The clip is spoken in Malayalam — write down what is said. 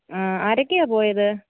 ആ ആരൊക്കെയാണ് പോയത്